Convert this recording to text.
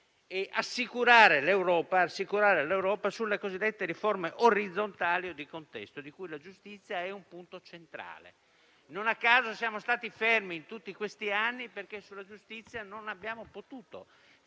e rassicurare l'Europa sulle cosiddette riforme orizzontali o di contesto, di cui la giustizia è un punto centrale. Non a caso, siamo stati fermi tutti questi anni perché sulla giustizia non abbiamo potuto